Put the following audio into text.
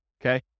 okay